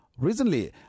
Recently